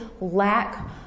lack